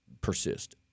persist